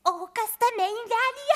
o kas tame indelyje